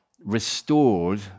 restored